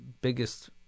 biggest